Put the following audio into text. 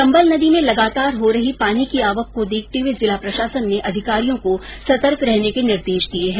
चंबल नदी में लगातार हो रही पानी की आवक को देखते हुए जिला प्रशासन ने अधिकारियों को सतर्क रहने के निर्देश दिये हैं